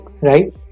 right